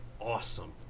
awesome